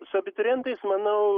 su abiturientais manau